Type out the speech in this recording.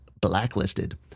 blacklisted